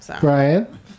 Brian